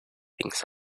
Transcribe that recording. things